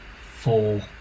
four